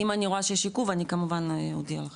אם אני רואה שיש עיכוב, אני כמובן מודיעה לכם.